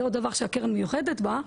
זה עוד דבר שהקרן מיוחדת בה.